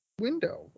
window